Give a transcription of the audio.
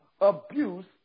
abuse